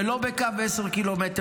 ולא בקו 10 ק"מ,